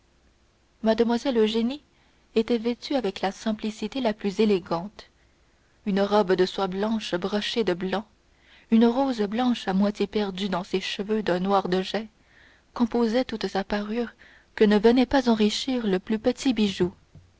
éclat mlle eugénie était vêtue avec la simplicité la plus élégante une robe de soie blanche brochée de blanc une rose blanche à moitié perdue dans ses cheveux d'un noir de jais composaient toute sa parure que ne venait pas enrichir le plus petit bijou